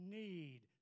need